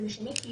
זה משנה כי